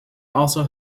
also